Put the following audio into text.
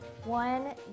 One